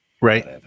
Right